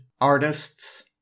artists